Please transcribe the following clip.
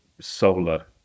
solar